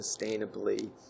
sustainably